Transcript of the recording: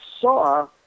saw